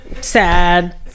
sad